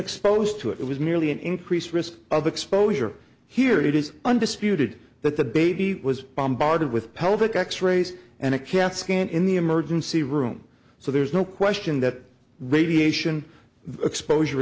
exposed to it was merely an increased risk of exposure here it is undisputed that the baby was bombarded with pelvic x rays and a cat scan in the emergency room so there's no question that radiation exposure